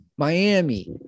Miami